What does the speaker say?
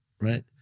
right